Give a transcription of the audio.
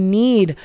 need